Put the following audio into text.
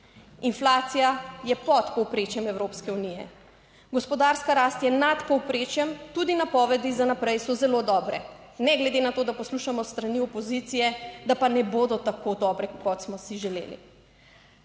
Inflacija je pod povprečjem Evropske unije, gospodarska rast je nad povprečjem, tudi napovedi za naprej so zelo dobre ne glede na to, da poslušamo s strani opozicije, da pa ne bodo tako dobre kot smo si želeli.